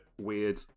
weird